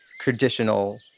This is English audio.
traditional